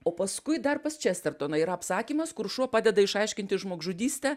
o paskui dar pas čestertoną yra apsakymas kur šuo padeda išaiškinti žmogžudystę